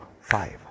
five